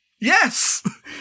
Yes